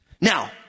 Now